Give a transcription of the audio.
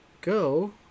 go